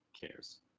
cares